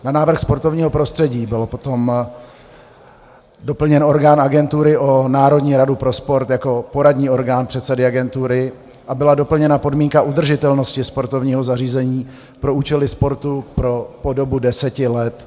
Na návrh sportovního prostředí byl potom doplněn orgán agentury o Národní radu pro sport jako poradní orgán předsedy agentury a byla doplněna podmínka udržitelnosti sportovního zařízení pro účely sportu po dobu deseti let.